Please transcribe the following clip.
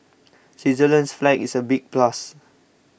Switzerland's flag is the big plus